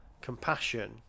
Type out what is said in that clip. compassion